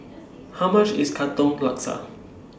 How much IS Katong Laksa